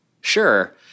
Sure